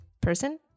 person